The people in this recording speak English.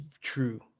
true